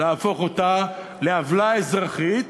להפוך אותה לעוולה אזרחית